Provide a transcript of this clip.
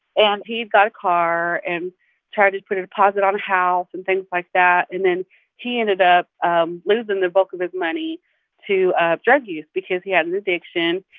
and he got a car and tried to put a deposit on a house and things like that. and then he ended up um losing the bulk of his money to drug use because he had an addiction.